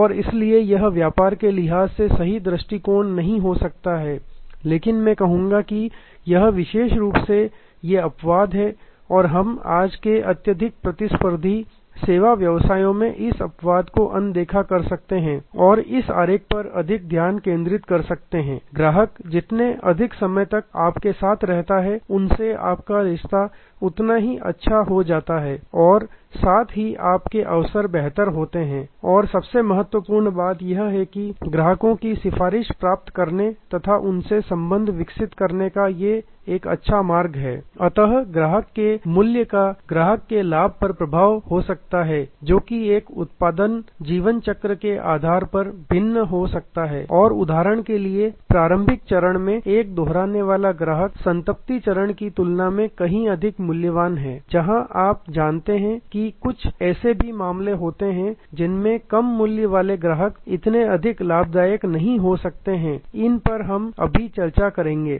और इसलिए यह व्यापार के लिहाज से सही दृष्टिकोण नहीं हो सकता है लेकिन मैं कहूंगा कि यह विशेष रूप से ये अपवाद हैं और हम आज के अत्यधिक प्रतिस्पर्धी सेवा व्यवसायों में इस अपवाद को अनदेखा कर सकते हैं और इस आरेख पर अधिक ध्यान केंद्रित कर सकते हैं ग्राहक जितने अधिक समय तक आपके साथ रहता है उनसे आपका रिश्ता उतना ही अच्छा हो जाता है और साथ ही आपके अवसर बेहतर होते हैं और सबसे महत्वपूर्ण बात यह है कि ग्राहकों की सिफारिश प्राप्त करने तथा उनसे संबंध विकसित करने का यह एक अच्छा मार्ग है अतः एक ग्राहक के मूल्य का ग्राहक के लाभ पर प्रभाव हो सकता है जो कि एक उत्पाद जीवन चक्र के आधार पर भिन्न हो सकता है और उदाहरण के लिए प्रारंभिक चरण में एक दोहराने वाला ग्राहक संतृप्ति चरण की तुलना में कहीं अधिक मूल्यवान है जहां आप जानते हैं कि कुछ ऐसे भी मामले होते हैं जिनमें कम मूल्य वाले ग्राहक इतने अधिक लाभदायक नहीं हो सकते हैं इन पर हम अभी चर्चा करेंगे